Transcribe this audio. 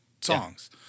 songs